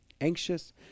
anxious